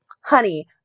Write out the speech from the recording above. honey